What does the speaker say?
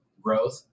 growth